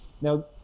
Now